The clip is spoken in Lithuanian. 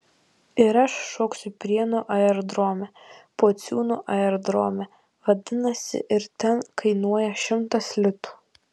ir aš šoksiu prienų aerodrome pociūnų aerodrome vadinasi ir ten kainuoja šimtas litų